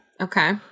Okay